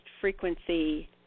frequency